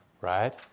right